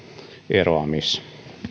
eroamisiän